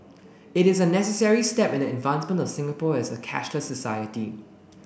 it is a necessary step in the advancement of Singapore as a cashless society